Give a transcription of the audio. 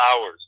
hours